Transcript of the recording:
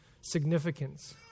significance